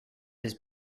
his